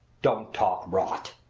don't talk rot!